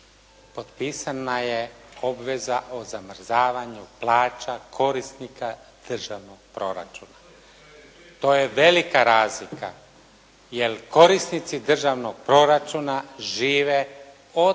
Potpisana je obveza o zamrzavanju plaća korisnika državnog proračuna. To je velika razlika jer korisnici državnog proračuna žive od